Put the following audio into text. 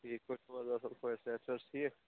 ٹھیٖک پٲٹھی چھِو حَظ اَصٕل پٲٹھۍ صحت چھِ حَظ ٹھیٖک